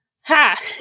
Ha